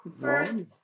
first